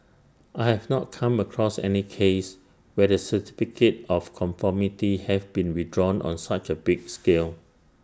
I have not come across any case where the certificate of conformity have been withdrawn on such A big scale